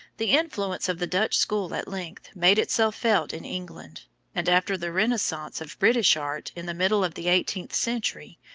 the influence of the dutch school at length made itself felt in england and after the renaissance of british art, in the middle of the eighteenth century,